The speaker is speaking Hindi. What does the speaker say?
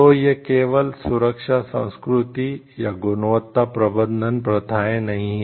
तो ये केवल सुरक्षा संस्कृति या गुणवत्ता प्रबंधन प्रथाएं नहीं हैं